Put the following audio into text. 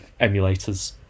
emulators